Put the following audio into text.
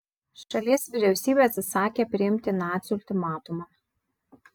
šalies vyriausybė atsisakė priimti nacių ultimatumą